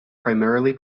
primarily